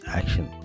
action